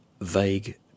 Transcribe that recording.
Vague